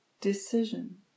decision